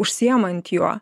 užsiimant juo